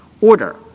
order